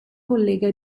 collega